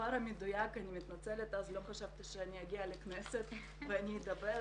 המספר המדויק כי אז לא חשבתי שאני אגיע לכנסת ואני אדבר.